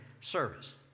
service